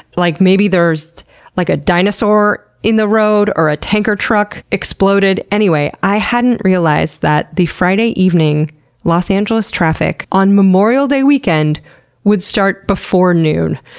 like maybe there's like a dinosaur in the road or ah tanker truck exploded. anyway, i hadn't realized that the friday evening los angeles traffic on memorial day weekend would start before noon.